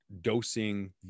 dosing